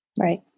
Right